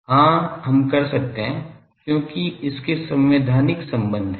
हां हम कर सकते हैं क्योंकि इनमें संवैधानिक संबंध हैं